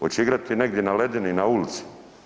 Oće igrati negdje na ledini i na ulici?